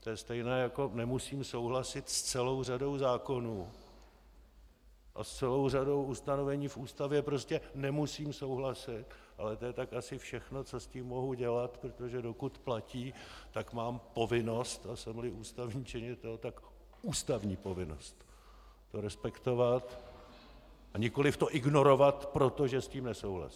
To je stejné, jako nemusím souhlasit s celou řadou zákonů a s celou řadou ustanovení v Ústavě, prostě nemusím souhlasit, ale to je asi tak všechno, co s tím mohu dělat, protože dokud platí, tak mám povinnost, a jsemli ústavní činitel, tak ústavní povinnost to respektovat, a nikoliv to ignorovat, protože s tím nesouhlasím.